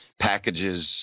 packages